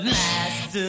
last